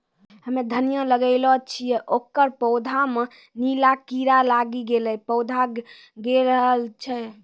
हम्मे धनिया लगैलो छियै ओकर पौधा मे नीला कीड़ा लागी गैलै पौधा गैलरहल छै?